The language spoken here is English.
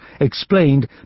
explained